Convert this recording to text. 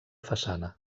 façana